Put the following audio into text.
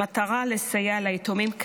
במטרה לסייע ליתומים,